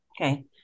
Okay